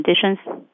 conditions